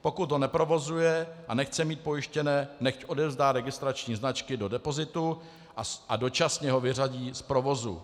Pokud ho neprovozuje a nechce mít pojištěné, nechť odevzdá registrační značky do depozitu a dočasně ho vyřadí z provozu.